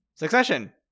Succession